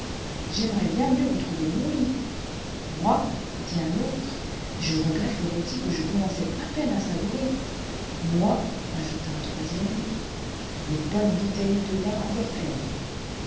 j'aimerais bien mieux retrouver mon lit moi dit un autre je regrette le rôti que je commençais à peine à savourer moi ajouta un troisième les bonnes bouteilles de vin encore pleines